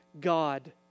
God